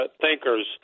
thinkers